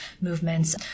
movements